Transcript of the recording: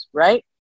right